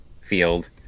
field